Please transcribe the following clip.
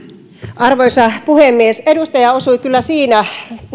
arvoisa puhemies edustaja osui kyllä siinä